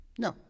No